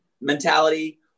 mentality